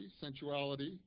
sensuality